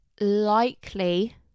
likely